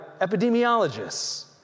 epidemiologists